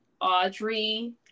Audrey